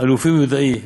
אלופי ומידעי'.